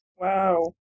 Wow